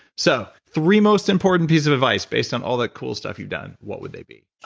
so three most important pieces of advice based on all that cool stuff you've done, what would they be?